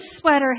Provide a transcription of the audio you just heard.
sweater